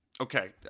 okay